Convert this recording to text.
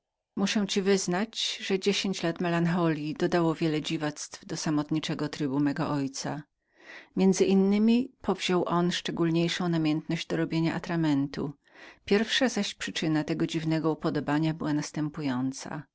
muszę ci wyznać że dziesięć lat hypokondryi dodało wiele dziwactw do odosobionego życia mego ojca między innemi powziął był szczególniejszą namiętność do robienia atramentu pierwsza zaś przyczyna tego dziwnego upodobania była następująca